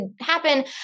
happen